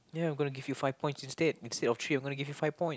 ya I'm gonna =give you five points instead of three I gonna give you five point